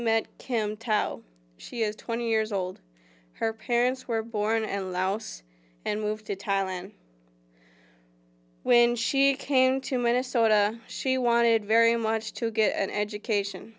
met kim she is twenty years old her parents were born in laos and moved to thailand when she came to minnesota she wanted very much to get an education